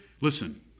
listen